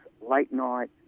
late-night